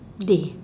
day